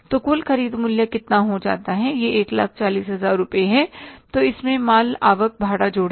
तो कुल ख़रीद मूल्य कितना हो जाता है यह 140000 रुपये है और इसमें माल आवक भाड़ा जोड़े